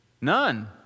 None